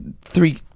three